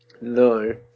No